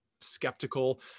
skeptical